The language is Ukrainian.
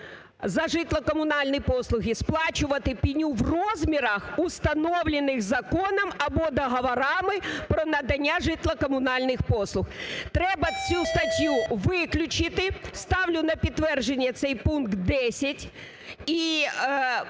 за житло-комунальні послуги, сплачувати пеню в розмірах, установлених законом або договорами про надання житлово-комунальних послуг. Треба цю статтю виключити. Ставлю на підтвердження цей пункт 10.